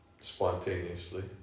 spontaneously